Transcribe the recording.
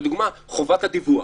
לדוגמה, חובת הדיווח.